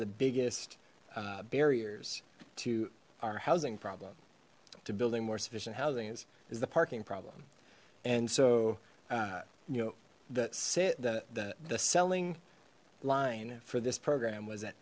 of the biggest barriers to our housing problem to building more sufficient housings is the parking problem and so you know that's it the the the selling line for this program was that